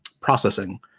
processing